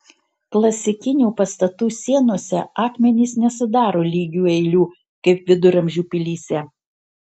klasikinių pastatų sienose akmenys nesudaro lygių eilių kaip viduramžių pilyse